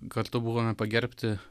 kartu buvome pagerbti